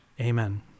amen